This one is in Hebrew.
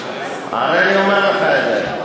אני אומר לך את זה.